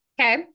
Okay